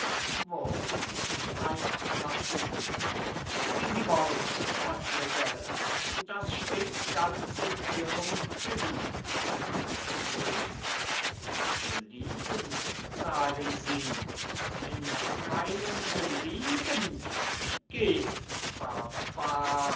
wie sie wollen mademoiselle das steht ganz in ihrem belieben luise belieben sagen sie in meinem belieben geh barbar